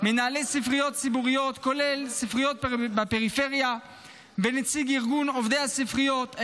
מנהלי ספריות ציבוריות כולל ספריות בפריפריה ונציג ארגון עובדי הספריות.